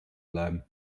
bleiben